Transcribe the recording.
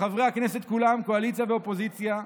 שחברי הכנסת כולם, קואליציה ואופוזיציה,